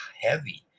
heavy